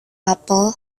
apel